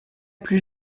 plus